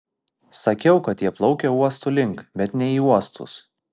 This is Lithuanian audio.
sakiau kad jie plaukia uostų link bet ne į uostus